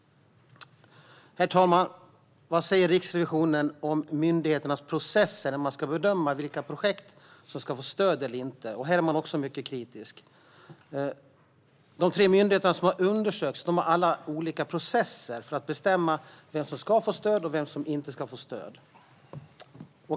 Herr talman! Vad säger Riksrevisionen om myndigheternas processer för att bedöma vilka projekt som ska få stöd eller inte? Här är man också mycket kritisk. De tre myndigheter som undersökts har alla olika processer för att bestämma vem som ska få stöd och vem som inte ska få stöd.